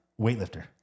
weightlifter